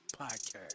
podcast